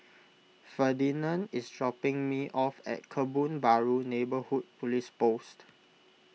Ferdinand is dropping me off at Kebun Baru Neighbourhood Police Post